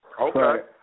Okay